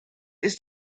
ist